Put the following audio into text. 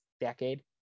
decade